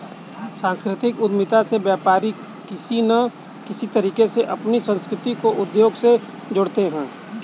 सांस्कृतिक उद्यमिता में व्यापारी किसी न किसी तरीके से अपनी संस्कृति को उद्योग से जोड़ते हैं